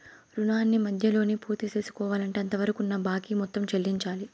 రుణాన్ని మధ్యలోనే పూర్తిసేసుకోవాలంటే అంతవరకున్న బాకీ మొత్తం చెల్లించాలి